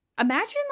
Imagine